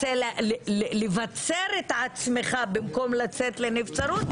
רוצה לבצר את עצמך במקום לצאת לנבצרות,